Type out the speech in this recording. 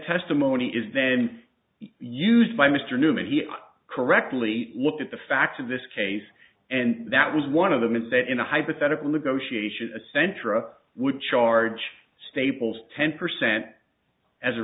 testimony is then used by mr newman he correctly looked at the facts of this case and that was one of them is that in a hypothetical negotiation a sentra would charge staples ten percent as a